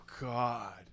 God